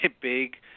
Big